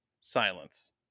silence